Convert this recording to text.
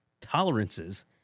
tolerances